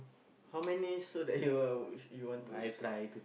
how many so that he will you want to s~